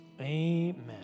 amen